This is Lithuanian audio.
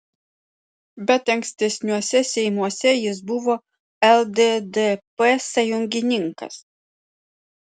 bet ankstesniuose seimuose jis buvo lddp sąjungininkas